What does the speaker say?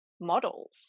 models